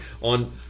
on